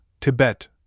Tibet